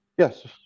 Yes